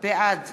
בעד